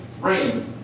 rain